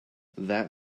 that